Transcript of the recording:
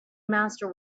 master